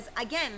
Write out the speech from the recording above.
again